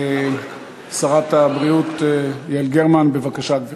שרת הבריאות יעל גרמן, בבקשה, גברתי.